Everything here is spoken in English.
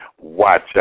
Watch